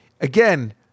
again